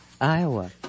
Iowa